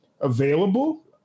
available